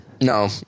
No